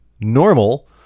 normal